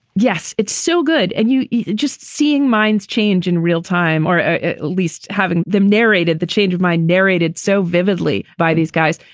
yes, it's still good. and you you just seeing minds change in real time, or at least having them narrated the change of mind narrated so vividly by these guys.